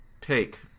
take